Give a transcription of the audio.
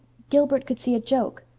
gilbert could see a joke.